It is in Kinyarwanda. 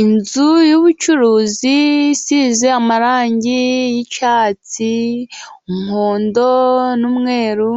Inzu y'ubucuruzi isize amarangi y'icyatsi, umuhondo, n'umweruru.